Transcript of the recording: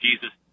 Jesus